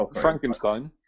Frankenstein